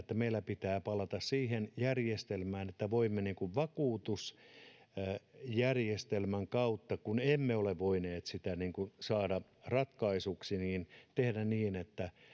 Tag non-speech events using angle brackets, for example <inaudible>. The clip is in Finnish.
<unintelligible> että meillä pitää palata siihen järjestelmään että voimme vakuutusjärjestelmän kautta kun emme ole voineet sitä niin kuin saada ratkaisuksi tehdä niin että